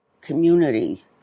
community